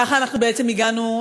ככה הגענו,